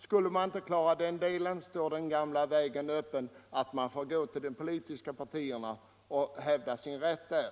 Skulle man inte klara den delen står den gamla vägen öppen, att man får gå till de politiska partierna och hävda sin rätt där.